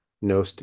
no